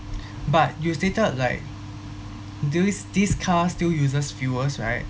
but you stated like th~ these car still uses fuels right